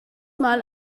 mal